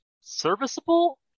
serviceable